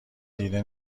دیده